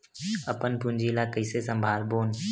अपन पूंजी ला कइसे संभालबोन?